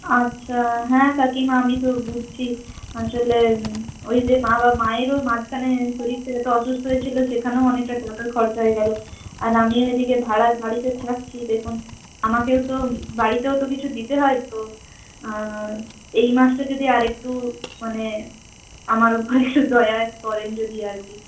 আচ্ছা হ্যাঁ কাকিমা আমি তো বুঝছি আসলে ওই যে মা মায়েরও মাঝখানে শরীরটা যেহেতু অসুস্থ হয়েছিল সেখানেও অনেকটা টাকা খরচা হয়ে গেলো আর আমিও এদিকে ভাড়াবাড়িতে থাকছি দেখুন আমাকেও তো বাড়িতেও তো কিছু দিতে হয় তো এই মাসটা যদি আরেকটু মানে আমার ওপর একটু দয়া করেন যদি আর কি